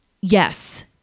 Yes